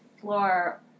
floor